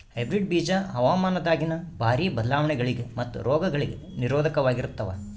hybrid ಬೀಜ ಹವಾಮಾನದಾಗಿನ ಭಾರಿ ಬದಲಾವಣೆಗಳಿಗ ಮತ್ತು ರೋಗಗಳಿಗ ನಿರೋಧಕವಾಗಿರುತ್ತವ